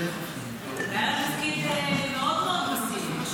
היה לה תפקיד מאוד מאוד מסיבי,